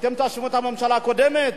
אתם תאשימו את הממשלה הקודמת?